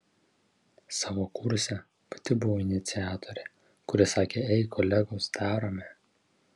savo kurse pati buvau iniciatorė kuri sakė ei kolegos darome